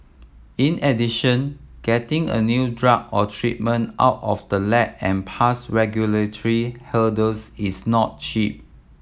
in addition getting a new drug or treatment out of the lab and past regulatory hurdles is not cheap